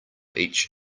each